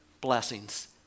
blessings